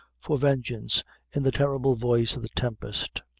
for vengeance in the terrible voice of the tempest.